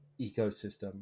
ecosystem